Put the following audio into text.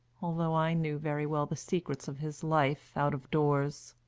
although i knew very well the secrets of his life out of doors.